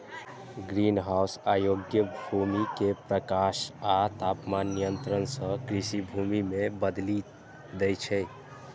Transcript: greenhouse अयोग्य भूमि कें प्रकाश आ तापमान नियंत्रण सं कृषि भूमि मे बदलि दै छै